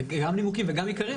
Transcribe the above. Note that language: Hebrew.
גם נימוקים וגם עיקרים?